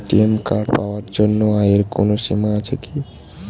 ATM card পাওয়ার জন্য আয়ের কোনো সীমা আছে কি?